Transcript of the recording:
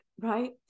right